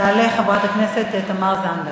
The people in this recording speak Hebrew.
תעלה חברת הכנסת תמר זנדברג.